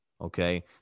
Okay